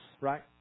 right